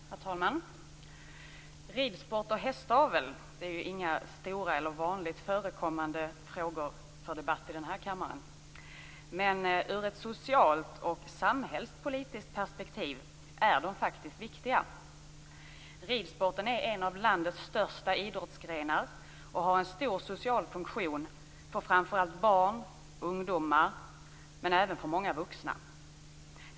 Herr talman! Ridsport och hästavel är inga stora eller vanligt förekommande frågor för debatt här i kammaren. Men ur ett socialt och samhällspolitiskt perspektiv är det faktiskt viktiga frågor. Ridsporten är en av landets största idrottsgrenar, och den har en stor social funktion för framför allt barn och ungdomar, men även för många vuxna.